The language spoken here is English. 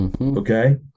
okay